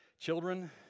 Children